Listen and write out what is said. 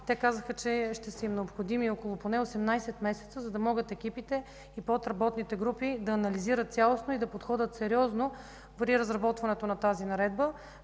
Те казаха, че са необходими поне 18 месеца, за да могат екипите и подработните групи да анализират цялостно и подходят сериозно при разработването на тази наредба.